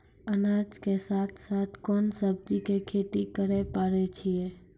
अनाज के साथ साथ कोंन सब्जी के खेती करे पारे छियै?